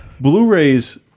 Blu-rays